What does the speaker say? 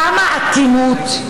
כמה אטימות,